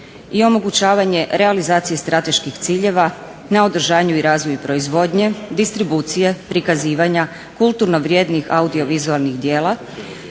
i omogućavanje realizacije strateških ciljeva na održanju i razvoju proizvodnje, distribucije, prikazivanja kulturno vrjednijih audiovizualnih djela,